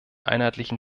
einheitlichen